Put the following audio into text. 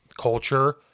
culture